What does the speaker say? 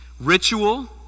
ritual